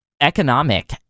economic